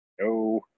no